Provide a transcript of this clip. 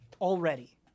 already